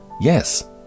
Yes